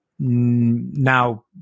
now